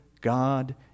God